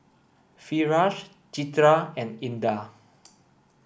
Firash Citra and Indah